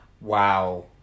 Wow